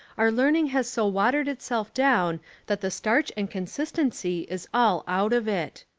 our learning has so watered itself down that the starch and consistency is all out of it.